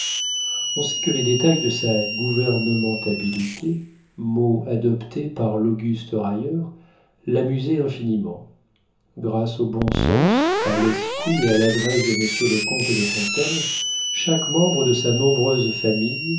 on sait que les détails de sa gouvernementabilité mot adopté par l'auguste railleur l'amusaient infiniment grâce au bon sens à l'esprit et à l'adresse de monsieur le comte de fontaine chaque membre de sa nombreuse famille